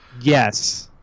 Yes